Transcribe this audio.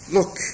Look